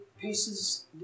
pieces